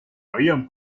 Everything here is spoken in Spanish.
habían